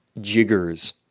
jiggers